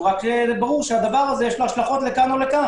יש לזה השלכות לכאן ולכאן.